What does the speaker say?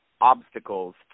obstacles